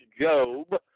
Job